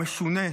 הוא משונה.